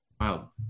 Wow